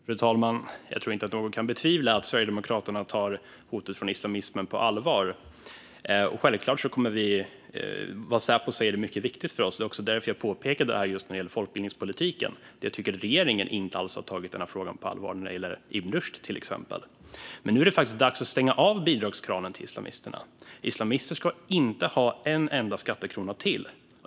Fru talman! Jag tror inte att någon kan betvivla att Sverigedemokraterna tar hotet från islamismen på allvar. Vad Säpo säger är självklart mycket viktigt för oss. Det är också därför jag när det gäller folkbildningspolitiken påpekade att jag inte tycker att regeringen alls har tagit denna fråga på allvar, exempelvis när det gäller Ibn Rushd. Men nu är det dags att stänga av bidragskranen till islamisterna. Islamister ska inte ha en enda skattekrona till.